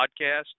podcast